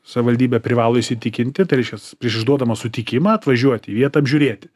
savivaldybė privalo įsitikinti tai reiškias prieš išduodama sutikimą atvažiuoti į vietą apžiūrėti